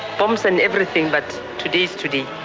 bombs and everything, but today's today.